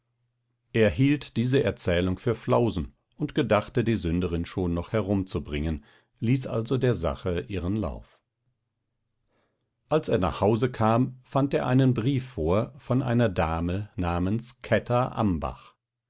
hielt diese erzählung für flausen und gedachte die sünderin schon noch herumzubringen ließ also der sache ihren lauf als er nach hause kam fand er einen brief vor von einer dame namens kätter ambach